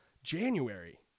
January